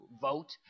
vote